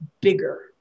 bigger